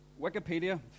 Wikipedia